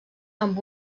amb